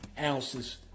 ounces